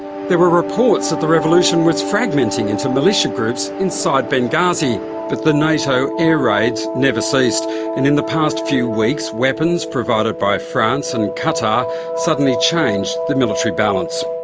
there were reports that the revolution was fragmenting into militia groups inside benghazi. but the nato air raids never ceased. and in the past few weeks, weapons provided by france and qatar suddenly changed the military balance.